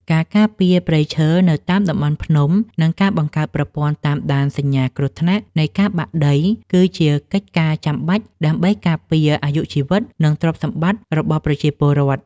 ការការពារព្រៃឈើនៅតាមតំបន់ភ្នំ និងការបង្កើតប្រព័ន្ធតាមដានសញ្ញាគ្រោះថ្នាក់នៃការបាក់ដី គឺជាកិច្ចការចាំបាច់ដើម្បីការពារអាយុជីវិត និងទ្រព្យសម្បត្តិរបស់ប្រជាពលរដ្ឋ។